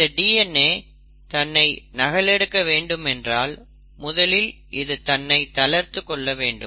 இந்த DNA தன்னை நகல் எடுக்க வேண்டும் என்றால் முதலில் இது தன்னை தளர்த்திக் கொள்ள வேண்டும்